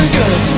good